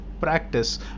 practice